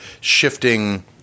shifting